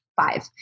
five